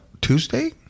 Tuesday